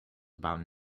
about